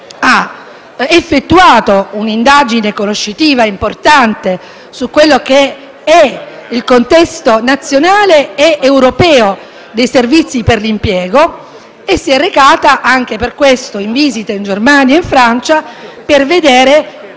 ha effettuato un'indagine conoscitiva importante sul contesto nazionale ed europeo dei servizi per l'impiego e si è recata, a tale scopo, in visita in Germania e in Francia per vedere